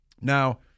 Now